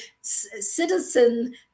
citizen